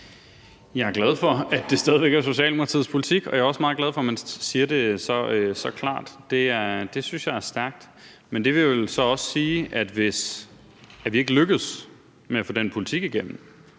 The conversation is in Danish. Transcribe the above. Jeg er glad for, at det stadig væk er Socialdemokratiets politik, og jeg er også meget glad for, at man siger det så klart. Det synes jeg er stærkt. Men det vil vel så også sige, at hvis vi ikke lykkes med at få den politik igennem,